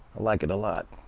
like it a lot.